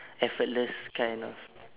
effortless kind of